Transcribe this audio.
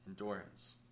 endurance